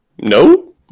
no